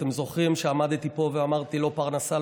אתם זוכרים שעמדתי פה ואמרתי: לא פרנסה,